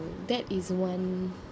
that is one